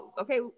okay